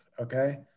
Okay